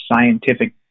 scientific